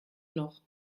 noch